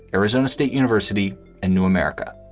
arizona state university and new america.